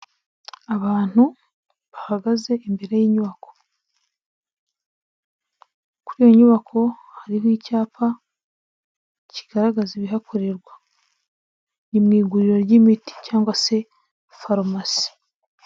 Abantu bahagaze imbere y'inyubako, kuri iyo nyubako hariho icyapa kigaragaza ibihakorerwa, ni mu iguriro ry'imiti cyangwa se farumasi.